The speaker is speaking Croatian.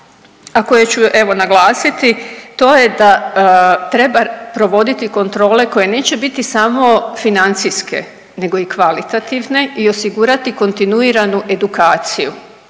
koje ću evo naglasiti, to je da treba provoditi kontrole koje neće biti samo financijske nego i kvalitativne i osigurati kontinuiranu edukaciju